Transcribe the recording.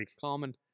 common